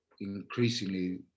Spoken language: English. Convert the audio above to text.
increasingly